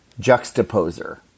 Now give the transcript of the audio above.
Juxtaposer